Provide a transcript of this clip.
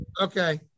Okay